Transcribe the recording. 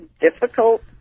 difficult